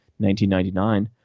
1999